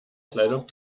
kleidung